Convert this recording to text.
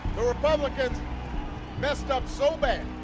the republicans messed up so bad.